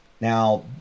Now